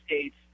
states